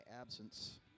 absence